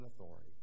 authority